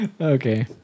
okay